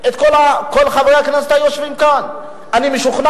כבוד השר, חברי חברי הכנסת, חוק החברות,